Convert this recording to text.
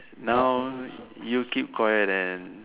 now you keep quiet and